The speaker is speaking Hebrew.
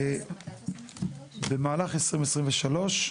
במהלך 2023,